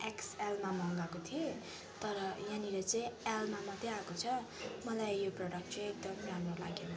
एक्सएलमा मगाएको थिएँ तर यहाँनिर चाहिँ एलमा मात्रै आएको छ मलाई यो प्रोडक्ट चाहिँ एकदम राम्रो लागेन